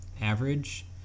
average